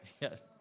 Yes